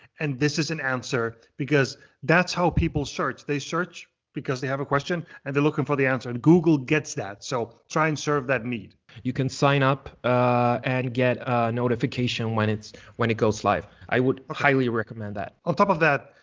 and this is an answer. because that's how people search. they search because they have a question, and they're looking for the answer. google gets that, so try and serve that need. you can sign up and get a notification when it goes live. i would highly recommend that. on top of that,